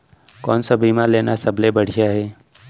कोन स बीमा लेना सबले बढ़िया हे?